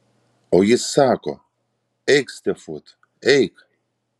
o jis sako eik stefut eik